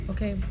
Okay